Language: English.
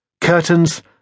Curtains